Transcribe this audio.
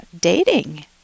dating